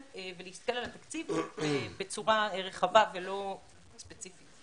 ולהסתכל על התקציב בצורה רחבה ולא ספציפית.